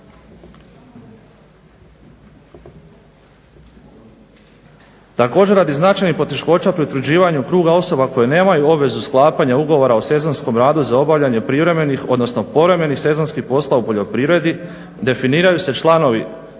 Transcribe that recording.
Također radi značajnih poteškoća pri utvrđivanju kruga osoba koje nemaju obvezu sklapanja ugovora o sezonskom radu za obavljanje privremenih, odnosno povremenih sezonskih poslova u poljoprivredi definiraju se članovi